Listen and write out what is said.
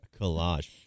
Collage